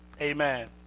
Amen